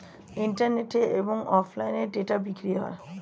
ইন্টারনেটে এবং অফলাইনে ডেটা বিক্রি হয়